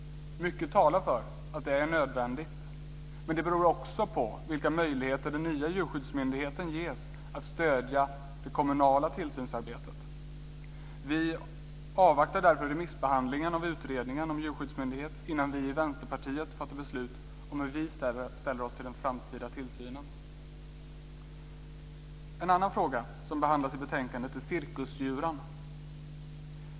Mycket talar för att det är nödvändigt. Men det beror också på vilka möjligheter den nya djurskyddsmyndigheten ges att stödja det kommunala tillsynsarbetet. Vi avvaktar därför remissbehandlingen av utredningen om djurskyddsmyndighet innan vi i Vänsterpartiet fattar beslut om hur vi ställer oss till den framtida tillsynen. En annan fråga som behandlas i betänkandet rör cirkusdjuren.